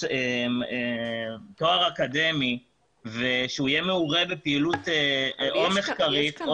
תואר אקדמי ושהוא יהיה מעורה בפעילות מחקרית או